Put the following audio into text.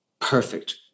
perfect